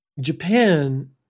Japan